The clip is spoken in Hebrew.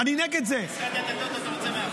משרד הדתות מרוצה מהחוק?